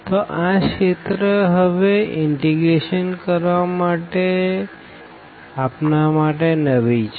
તો આ રીજિયન હવે ઇનટીગ્રેશન કરવા માટે આપણા માટે નવી છે